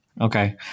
okay